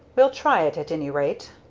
we'll try it at any rate.